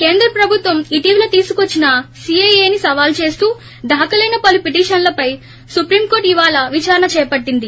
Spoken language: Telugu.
కేంద్ర ప్రభుత్వం ఇటీవల తీసుకొచ్చిన సీఏని సవాల్ చేస్తూ దాఖలైన పలు పిటిషన్లపై సుప్రీంకోర్టు ఇవాళ విదారణ చేపట్టింది